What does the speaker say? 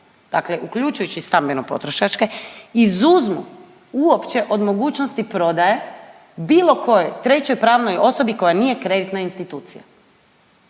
dakle uključujući i stambeno-potrošačke izuzmu uopće od mogućnosti prodaje bilo kojoj trećoj pravnoj osobi koja nije kreditna institucija